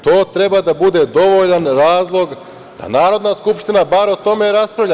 To treba da bude dovoljan razlog da Narodna skupština bar o tome raspravlja.